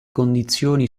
condizioni